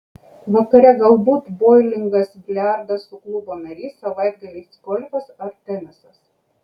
vakare galbūt boulingas biliardas su klubo nariais savaitgaliais golfas ar tenisas